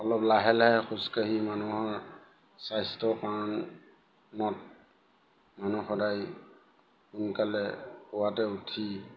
অলপ লাহে লাহে খোজ কাঢ়ি মানুহৰ স্বাস্থ্য কাৰণত মানুহ সদায় সোনকালে পোৱাতে উঠি